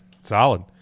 solid